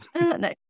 No